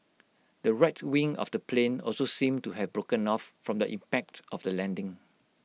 the right wing of the plane also seemed to have broken off from the impact of the landing